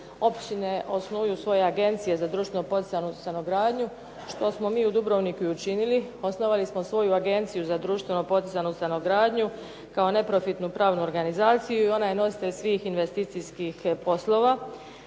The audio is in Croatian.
općine osnuju svoje agencije za društveno poticanu stanogradnju što smo mi u Dubrovniku i učinili, osnovali smo svoju agenciju za društveno poticanu stanogradnju kao neprofitnu pravnu organizaciju i ona je nositelj svih investicijskih poslova.